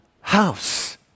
house